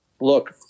look